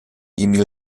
emil